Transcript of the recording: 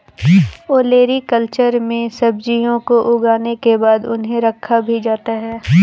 olericulture में सब्जियों को उगाने के बाद उन्हें रखा भी जाता है